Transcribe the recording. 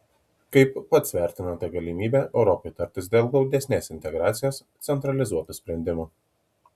kaip pats vertinate galimybę europai tartis dėl glaudesnės integracijos centralizuotų sprendimų